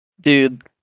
Dude